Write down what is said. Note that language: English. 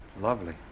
Lovely